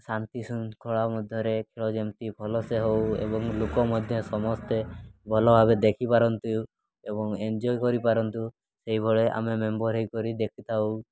ଶାନ୍ତି ଶୃଙ୍ଖଳା ମଧ୍ୟରେ ଖେଳ ଯେମିତି ଭଲସେ ହେଉ ଏବଂ ଲୋକ ମଧ୍ୟ ସମସ୍ତେ ଭଲ ଭାବେ ଦେଖିପାରନ୍ତୁ ଏବଂ ଏନ୍ଜଏ କରିପାରନ୍ତୁ ସେହିଭଳି ଆମେ ମେମ୍ବର୍ ହୋଇକରି ଦେଖିଥାଉ